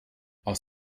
aus